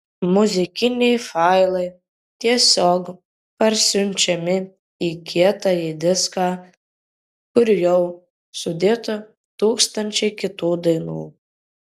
muzikiniai failai tiesiog parsiunčiami į kietąjį diską kur jau sudėta tūkstančiai kitų dainų